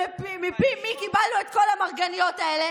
מפי מי קיבלנו את כל המרגליות האלה?